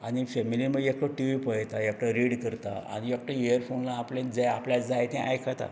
आनी फॅमिली मागीर एकठो टी वी पळयता एकठो रीड करता आनी एकठो इयरफोन लावन आपलें जें आपल्याक जाय तें आयकता